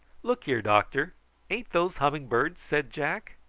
look here, doctor ain't those humming-birds? said jack.